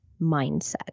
mindset